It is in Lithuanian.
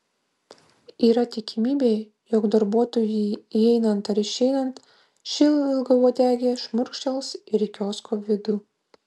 yra tikimybė jog darbuotojui įeinant ar išeinant ši ilgauodegė šmurkštels ir į kiosko vidų